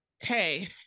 hey